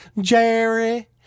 Jerry